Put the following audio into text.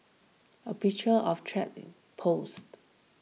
a picture of trap posted